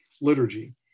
liturgy